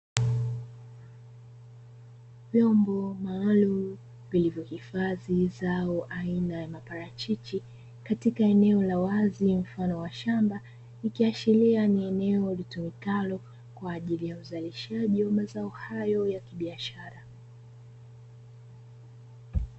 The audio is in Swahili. Shamba kubwa ambalo limelimwa na kutengeneza matuta yenye umbo la mstatili, tayari maharage yameota na kustawi kwa wingi wakati ambapo wanaendele kuyapalilia kwa kung'oa majani.